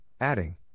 adding